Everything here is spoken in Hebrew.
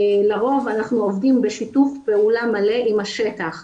לרוב אנחנו עובדים בשיתוף פעולה מלא עם השטח,